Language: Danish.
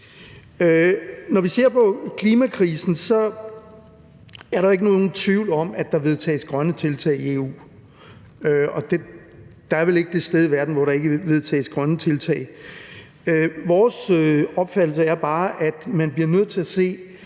Når vi ser på klimakrisen, er der ikke nogen tvivl om, at der vedtages grønne tiltag i EU. Der er vel ikke det sted i verden, hvor der ikke vedtages grønne tiltag. Vores opfattelse er bare, at man bliver nødt til at se